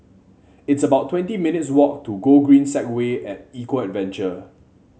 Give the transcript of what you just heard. it's about twenty minutes' walk to Gogreen Segway at Eco Adventure